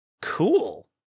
Cool